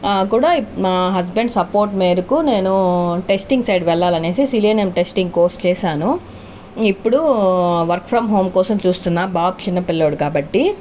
కూడా మా husband support మేరకు నేను టెస్టింగ్ సైడ్ వెళ్లాలనేసి సిలీనియం టెస్టింగ్ కోర్స్ చేశాను ఇప్పుడు వర్క్ ఫ్రమ్ హోమ్ కోసం చూస్తున్న బాబు చిన్న పిల్లోడు కాబట్టి